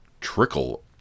trickle